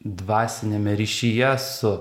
dvasiniame ryšyje su